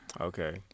Okay